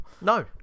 No